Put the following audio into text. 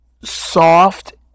soft